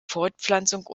fortpflanzung